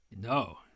No